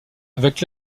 avec